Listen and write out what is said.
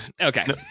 Okay